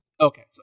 Okay